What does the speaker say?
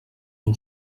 nou